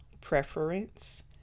preference